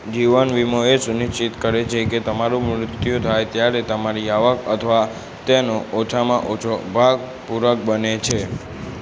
જીવન વીમો એ સુનિશ્ચિત કરે છે કે તમારું મૃત્યુ થાય ત્યારે તમારી આવક અથવા તેનો ઓછામાં ઓછો ભાગ પૂરક બને છે